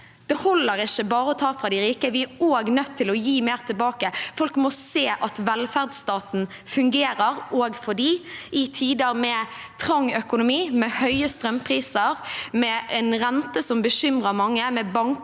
Det holder ikke bare å ta fra de rike, vi er også nødt til å gi mer tilbake. Folk må se at velferdsstaten fungerer også for dem, i tider med trang økonomi, med høye strømpriser, med en rente som bekymrer mange, med banker